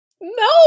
no